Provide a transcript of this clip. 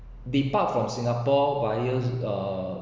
depart from singapore via uh